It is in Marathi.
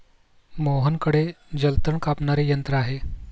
मोहनकडे जलतण कापणारे यंत्र आहे